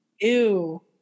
Ew